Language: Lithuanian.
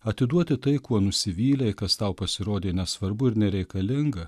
atiduoti tai kuo nusivylei kas tau pasirodė nesvarbu ir nereikalinga